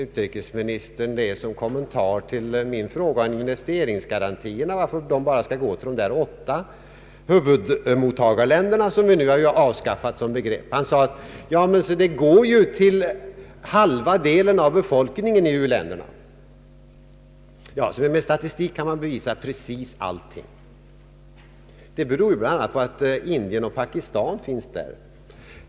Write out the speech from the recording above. Utrikesministern kommenterade min fråga varför investeringsgarantierna endast skall gå till de åtta huvudmottagarländerna, som vi nu har avskaffa" som begrepp. Han sade att biståndet går till halva delen av befolkningen i u-länderna. — Med statistik kan man bevisa precis allting. Det förhållandet att hälften av befolkningen i u-länderna kan inräknas beror bl.a. på att Indien och Pakistan finns med bland dessa åtta länder.